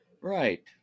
Right